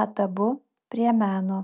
mat abu prie meno